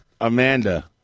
Amanda